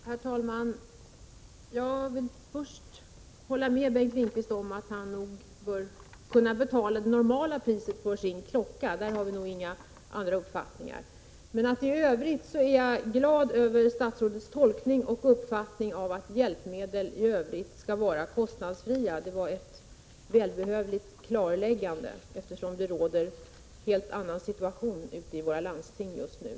Herr talman! Jag vill först hålla med Bengt Lindqvist om att han bör kunna betala det normala priset för sin klocka; därvidlag har vi nog inte olika uppfattningar. För övrigt är jag glad över statsrådets tolkning och uppfattning att hjälpmedel i princip skall vara kostnadsfria. Det var ett välbehövligt klarläggande, eftersom det råder ett helt annat förhållande ute i våra landsting just nu.